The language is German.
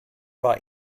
war